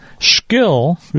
skill